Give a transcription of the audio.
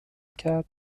کرد